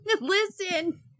Listen